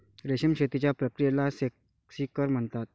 रेशीम शेतीच्या प्रक्रियेला सेरिक्चर म्हणतात